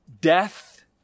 death